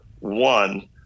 One